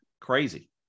crazy